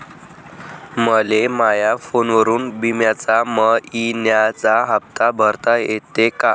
मले माया फोनवरून बिम्याचा मइन्याचा हप्ता भरता येते का?